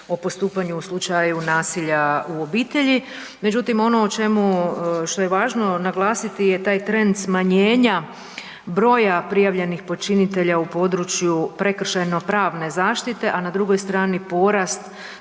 o postupanju u slučaju nasilja u obitelji. Međutim, ono o čemu, što je važno naglasiti je taj trend smanjenja broja prijavljenih počinitelja u području prekršajno-pravne zaštite, a na drugoj strani porast